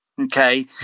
okay